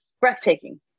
breathtaking